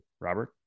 Robert